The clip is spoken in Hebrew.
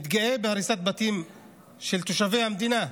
מתגאה בהריסת בתים של תושבי המדינה?